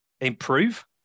improve